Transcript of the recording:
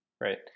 right